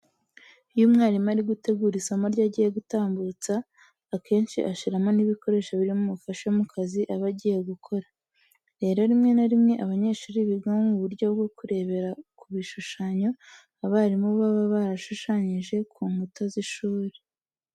Iyo umwarimu ari gutegura isomo rye agiye gutambutsa, akenshi ashyiramo n'ibikoresho biri bumufashe mu kazi aba agiye gukora. Rero rimwe na rimwe abanyeshuri biga mu buryo bwo kurebera ku bishushanyo abarimu baba barashushanyije ku nkuta z'ishuri.